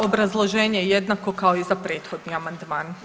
Obrazloženje je jednako kao i za prethodni amandman.